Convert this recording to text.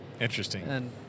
Interesting